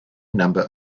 number